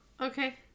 okay